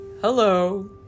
Hello